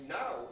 now